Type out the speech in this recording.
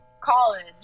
college